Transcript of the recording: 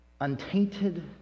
untainted